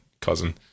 cousin